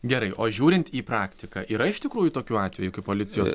gerai o žiūrint į praktiką yra iš tikrųjų tokių atvejų kai policijos